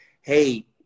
hey